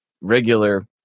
regular